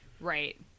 Right